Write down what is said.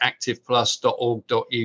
activeplus.org.uk